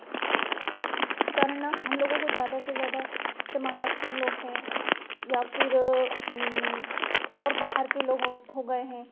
करना हम लोगों को ज़्यादा से ज़्यादा से महाराष्ट्रीयन लोग हैं या फिर और बाहर के लोगो हो गए हैं